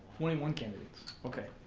twenty one candidates. okay.